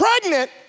pregnant